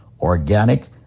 organic